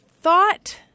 thought